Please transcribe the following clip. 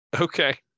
Okay